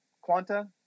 Quanta